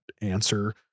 answer